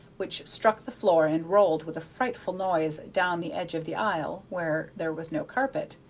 which struck the floor and rolled with a frightful noise down the edge of the aisle where there was no carpet.